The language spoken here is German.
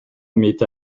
mit